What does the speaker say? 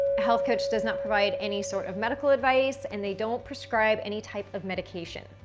a health coach does not provide any sort of medical advice and they don't prescribe any type of medication.